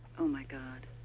oh, my god.